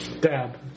Dab